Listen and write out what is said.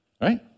Right